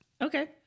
Okay